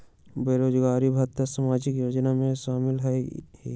बेरोजगारी भत्ता सामाजिक योजना में शामिल ह ई?